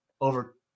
over